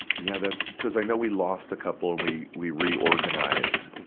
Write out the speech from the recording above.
yeah that's cuz i know we lost a couple. and we we reorganized.